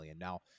Now